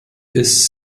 ist